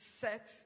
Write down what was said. set